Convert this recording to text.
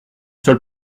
seul